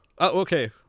Okay